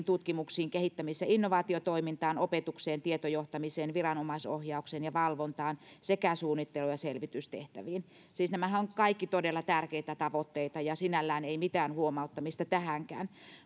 tutkimuksiin kehittämis ja innovaatiotoimintaan opetukseen tietojohtamiseen viranomaisohjaukseen ja valvontaan sekä suunnittelu ja selvitystehtäviin siis nämähän ovat kaikki todella tärkeitä tavoitteita ja sinällään ei mitään huomauttamista tähänkään